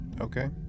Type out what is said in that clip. okay